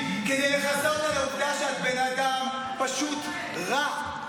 כדי לכסות על העובדה שאת בן אדם פשוט רע,